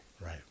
right